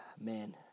Man